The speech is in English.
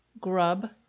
grub